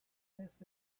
this